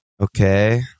Okay